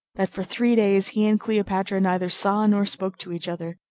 that for three days he and cleopatra neither saw nor spoke to each other.